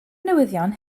newyddion